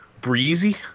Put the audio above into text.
breezy